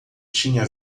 tinha